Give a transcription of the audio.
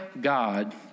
God